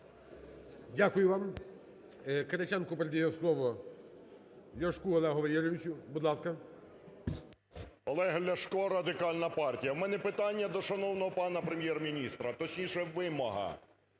Дякую вам. Кириченко передає слово Ляшку Олегу Валерійовичу. Будь ласка. 10:51:45 ЛЯШКО О.В. Олег Ляшко, Радикальна партія. У мене питання до шановного пана Прем'єр-міністра, точніше вимога.